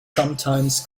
sometimes